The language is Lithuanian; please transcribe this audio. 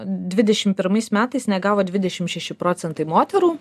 dvidešimt pirmais metais negavo dvidešimt šeši procentai moterų